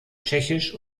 tschechisch